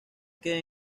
que